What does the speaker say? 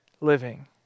living